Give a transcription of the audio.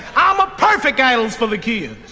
i'm a perfect idol for the kids.